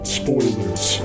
spoilers